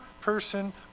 person